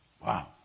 Wow